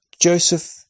Joseph